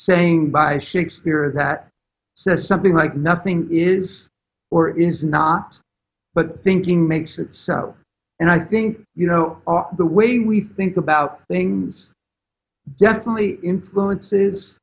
saying by shakespeare is that says something like nothing is or is not but thinking makes it so and i think you know the way we think about things definitely influences